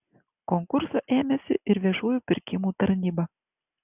konkurso ėmėsi ir viešųjų pirkimų tarnyba